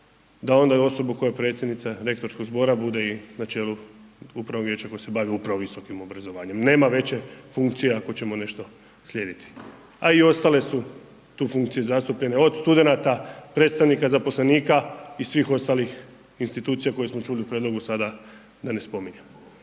da onda osobu koja je predsjednica rektorskog zbora bude i na načelu upravnog vijeća koji se bavi upravo visokim obrazovanjem. Nema veće funkcije, ako ćemo nešto slijediti. A i ostale su tu funkcije zastupljene, od studenata, predstavnika zaposlenika i svih ostalih institucija, koje smo čuli u prijedlogu sada da ne spominjem.